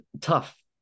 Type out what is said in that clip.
tough